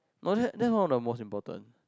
no that that one of the most important